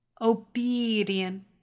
obedient